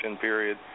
period